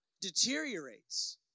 deteriorates